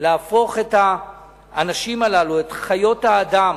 להפוך את האנשים הללו, את חיות האדם,